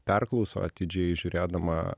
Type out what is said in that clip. perklauso atidžiai žiūrėdama